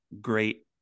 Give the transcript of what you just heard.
great